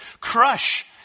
crush